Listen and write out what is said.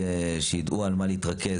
אבל המזון הוא לא במסלול האירופי.